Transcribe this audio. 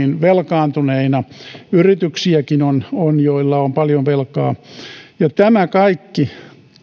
velkaantuneina on yrityksiäkin joilla on paljon velkaa tämä kaikki